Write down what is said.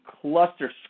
cluster